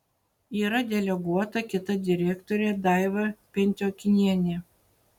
yra deleguota kita direktorė daiva pentiokinienė